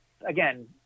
again